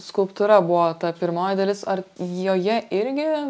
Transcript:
skulptūra buvo ta pirmoji dalis ar joje irgi